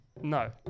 No